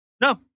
No